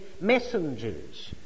messengers